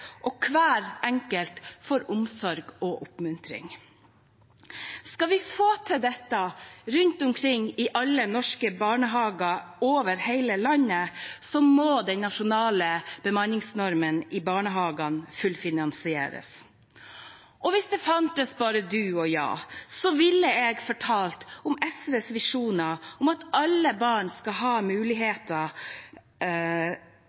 og hver enkelt får omsorg og oppmuntring. Skal vi få til dette rundt omkring i alle norske barnehager i hele landet, må den nasjonale bemanningsnormen i barnehagen fullfinansieres. Og hvis det fantes «bara du och jag», ville jeg fortalt om SVs visjon, at alle barn skal ha